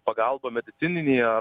pagalba medicininė